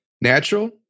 natural